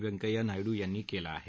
व्यंकैय्या नायडू यांनी केलं आहे